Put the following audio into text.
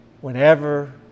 whenever